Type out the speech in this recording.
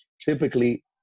Typically